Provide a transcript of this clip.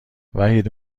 وحید